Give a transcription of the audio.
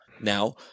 now